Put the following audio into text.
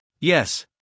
yes